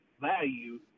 value